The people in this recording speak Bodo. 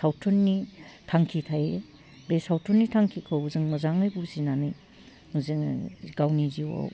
सावथुननि थांखि थायो बे सावथुननि थांखिखौ जों मोजाङै बुजिनानै जोङो गावनि जिवाव